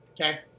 Okay